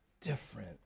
different